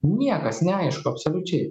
niekas neaišku absoliučiai